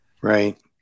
Right